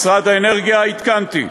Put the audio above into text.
משרד האנרגיה, עדכנתי.